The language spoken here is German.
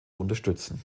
unterstützen